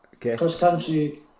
cross-country